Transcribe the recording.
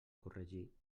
corregir